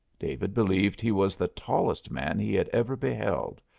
david believed he was the tallest man he had ever beheld,